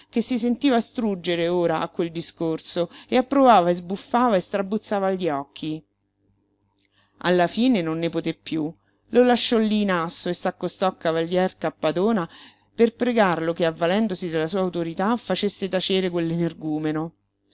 che si sentiva struggere ora a quel discorso e approvava e sbuffava e strabuzzava gli occhi alla fine non ne poté piú lo lasciò lí in asso e s'accostò al cavalier cappadona per pregarlo che avvalendosi della sua autorità facesse tacere quell'energumeno era